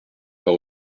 pas